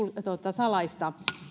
salaista